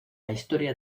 historia